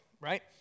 right